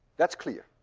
that's clear.